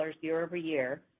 year-over-year